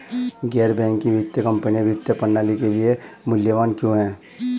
गैर बैंकिंग वित्तीय कंपनियाँ वित्तीय प्रणाली के लिए मूल्यवान क्यों हैं?